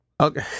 okay